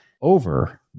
over